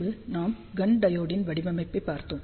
பின்பு நாம் கன் டையோடின் வடிவமைப்பைப் பார்த்தோம்